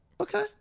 Okay